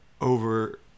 over